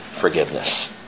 forgiveness